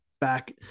back